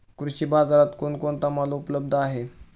कृषी बाजारात कोण कोणता माल उपलब्ध आहे?